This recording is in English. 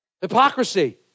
Hypocrisy